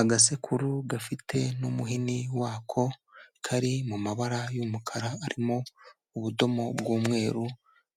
Agasekuru gafite n'umuhini wako kari mu mabara y'umukara arimo ubudomo bw'umweru,